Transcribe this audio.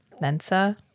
Mensa